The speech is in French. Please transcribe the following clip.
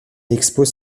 expose